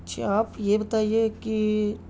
اچھا آپ یہ بتائیے کہ